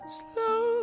slow